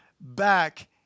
back